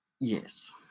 Yes